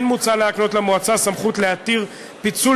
כן מוצע להקנות למועצה סמכות להתיר פיצול